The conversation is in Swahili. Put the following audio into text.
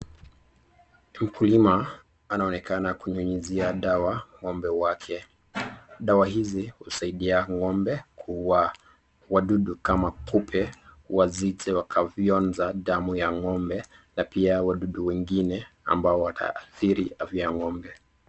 Mkulima anaonekana kunyunyizia dawa ng'ombe wake. Dawa hizi husaidia ng'ombe kuua wadudu kama kupe, wasije wakafyonza damu ya ng'ombe na pia wadudu wengine ambao wataathiri afya ya ng'ombe.